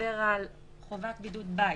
מדבר על חובת בידוד בית.